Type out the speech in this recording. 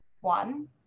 one